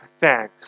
thanks